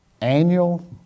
annual